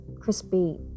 crispy